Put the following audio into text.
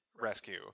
Rescue